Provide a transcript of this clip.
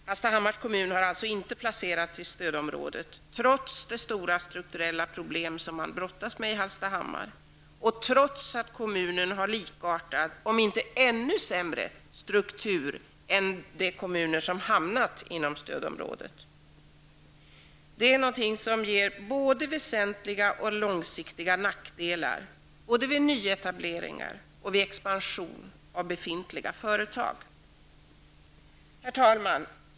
Hallstahammars kommun har alltså inte placerats i stödområdet, trots de stora strukturella problem som man brottas med i Hallstahammar och trots att kommunen har likartad -- om inte ännu sämre -- struktur än de kommuner som har hamnat inom stödområdet. Detta är något som ger väsentliga och långsiktiga nackdelar, både vid nyetableringar och vid expansion av befintliga företag. Herr talman!